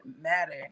matter